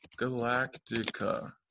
Galactica